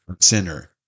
sinner